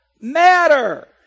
matter